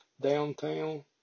downtown